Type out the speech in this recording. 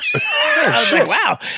Wow